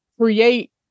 create